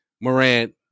Morant